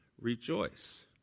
rejoice